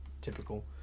typical